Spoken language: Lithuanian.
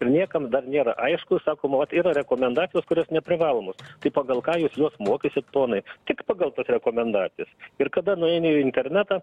ir niekam dar nėra aišku sakoma vat yra rekomendacijos kurios neprivalomos tai pagal ką jūs juos mokysit ponai tik pagal tas rekomendacijas ir kada nueini į internetą